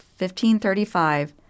1535